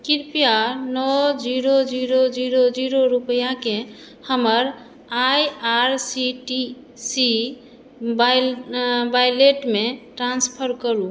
कृप्या नओ zero zero zero zero रूपैआकेँ हमर I R C T C वॉलेटमे ट्रांसफर करू